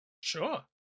sure